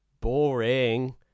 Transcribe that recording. Boring